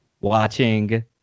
watching